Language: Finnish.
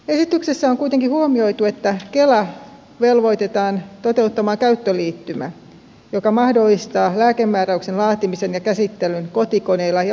esityksessä on kuitenkin huomioitu että kela velvoitetaan toteuttamaan käyttöliittymä joka mahdollistaa lääkemääräyksen laatimisen ja käsittelyn kotikoneilla ja mobiililaitteilla